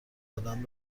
ادم